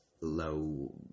low